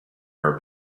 her